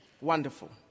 wonderful